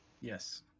Yes